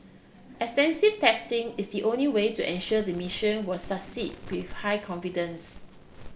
extensive testing is the only way to ensure the mission will succeed with high confidence